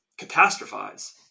catastrophize